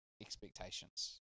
expectations